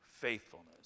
faithfulness